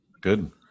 Good